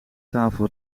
tafel